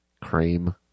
Cream